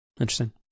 Interesting